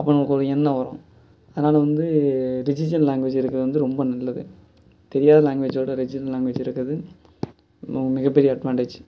அப்புறம் ஒரு எண்ணம் வரும் அதனால் வந்து ரிஜிஜன் லாங்குவேஜ் இருக்கிறது வந்து ரொம்ப நல்லது தெரியாத லாங்குவேஜ் விட ரிஜிஜன் லாங்குவேஜ் இருக்கிறது மிகப்பெரிய அட்வான்டேஜ்